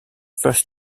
first